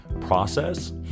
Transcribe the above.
process